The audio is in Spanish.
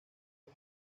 los